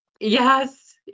Yes